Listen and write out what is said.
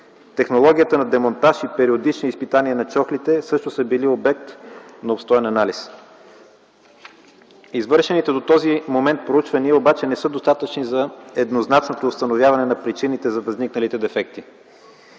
Технологията на демонтаж и периодични изпитания на чохлите също са били обект на обстоен анализ. Извършените до този момент проучвания обаче не са достатъчни за еднозначното установяване на причините за възникналите дефекти.